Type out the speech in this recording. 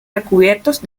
recubiertos